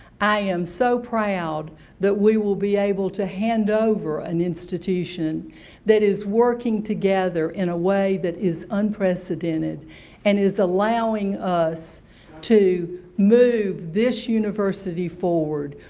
i am so proud that we will be able to hand over an institution that is working together in a way that is unprecedented and is allowing us to move this university forward.